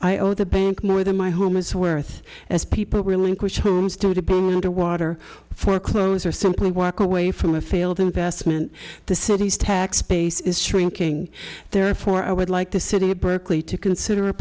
owe the bank more than my home is worth as people relinquish homes don't have to water for clothes or simply walk away from a failed investment the city's tax base is shrinking therefore i would like the city of berkeley to consider a